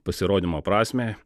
pasirodymo prasmę